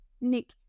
Nick